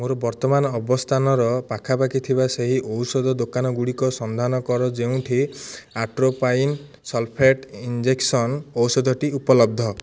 ମୋର ବର୍ତ୍ତମାନ ଅବସ୍ଥାନର ପାଖାପାଖି ଥିବା ସେହି ଔଷଧ ଦୋକାନଗୁଡ଼ିକର ସନ୍ଧାନ କର ଯେଉଁଠି ଆଟ୍ରୋପାଇନ୍ ସଲଫେଟ୍ ଇଞ୍ଜେକ୍ସନ୍ ଔଷଧଟି ଉପଲବ୍ଧ